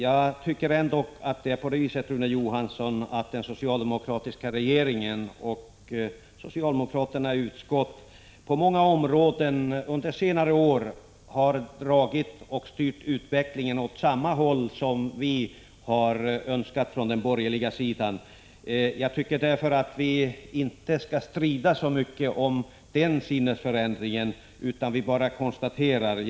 Jag tycker att den socialdemokratiska regeringen och socialdemokraterna i trafikutskottet på många områden under senare år har dragit åt samma håll och styrt utvecklingen åt samma håll som vi från den borgerliga sidan har önskat. Vi skall inte strida så mycket om den sinnesförändringen utan bara konstatera den.